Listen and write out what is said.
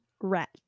rat